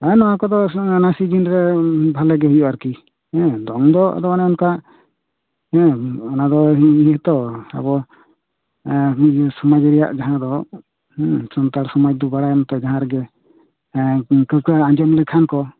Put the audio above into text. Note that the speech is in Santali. ᱦᱮᱸ ᱱᱚᱣᱟ ᱠᱚᱫᱚ ᱚᱱᱟ ᱥᱤᱡᱤᱱ ᱨᱮ ᱵᱷᱟᱞᱮ ᱜᱮ ᱦᱩᱭᱩᱜ ᱟ ᱟᱨ ᱠᱤ ᱦᱮᱸ ᱫᱚᱝ ᱫᱚ ᱟᱫᱚ ᱚᱱᱮ ᱚᱱᱠᱟ ᱦᱮᱸ ᱚᱱᱟ ᱫᱚ ᱱᱤᱡᱮ ᱱᱤᱡᱮ ᱜᱮᱛᱚ ᱟᱵᱚ ᱦᱮᱸ ᱥᱚᱢᱟᱡᱽ ᱨᱮᱭᱟᱜ ᱢᱟᱦᱟᱸ ᱫᱚ ᱦᱩᱸ ᱥᱟᱱᱛᱟᱲ ᱥᱚᱢᱟᱡᱽ ᱫᱚ ᱵᱟᱲᱟᱭᱟᱢ ᱛᱚ ᱡᱟᱦᱟᱸ ᱨᱮᱜᱮ ᱮᱸ ᱤᱱᱠᱟᱹ ᱠᱚ ᱟᱸᱡᱚᱢ ᱞᱮᱠᱷᱟᱱ ᱠᱚ